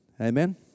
Amen